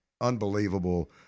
unbelievable